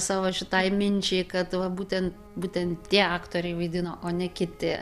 savo šitai minčiai kad va būtent būtent tie aktoriai vaidino o ne kiti